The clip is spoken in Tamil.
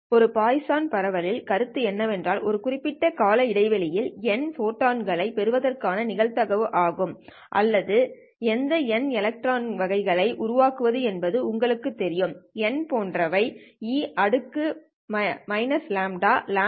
ஒரு பாய்சான் பரவலின் கருத்து என்னவென்றால் ஒரு குறிப்பிட்ட கால இடைவெளியில் n போட்டான்களைப் பெறுவதற்கான நிகழ்தகவு ஆகும் அல்லது எந்த n எலக்ட்ரான் வகைகளை உருவாக்குவது என்பது உங்களுக்குத் தெரியும் n போன்றவை e λλnn